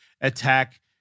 attack